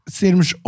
sermos